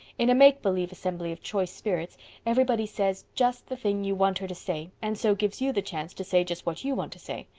in a make believe assembly of choice spirits everybody says just the thing you want her to say and so gives you the chance to say just what you want to say.